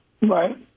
Right